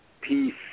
peace